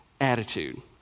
attitude